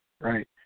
Right